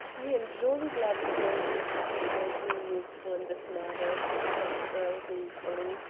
i am jolly glad that there is a chance of my being useful in this matter, said the earl gleefully.